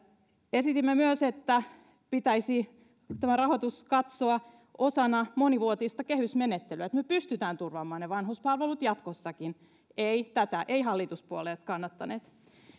esitimme myös että pitäisi tämä rahoitus katsoa osana monivuotista kehysmenettelyä että me pystymme turvaamaan ne vanhuspalvelut jatkossakin ei tätä eivät hallituspuolueet kannattaneet